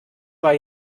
war